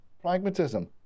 pragmatism